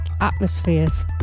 atmospheres